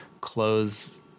close